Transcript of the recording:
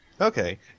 Okay